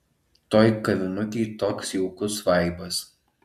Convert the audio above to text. toj kavinukėj toks jaukus vaibas